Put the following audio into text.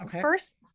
First